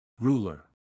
Ruler